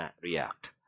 react